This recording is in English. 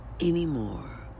anymore